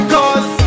Cause